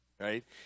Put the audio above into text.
right